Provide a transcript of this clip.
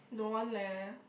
don't want leh